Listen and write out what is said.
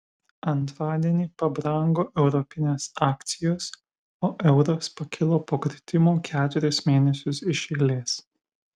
antradienį pabrango europinės akcijos o euras pakilo po kritimo keturis mėnesius iš eilės